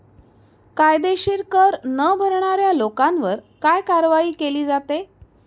कायदेशीर कर न भरणाऱ्या लोकांवर काय कारवाई केली जाते?